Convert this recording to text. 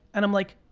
and i'm like,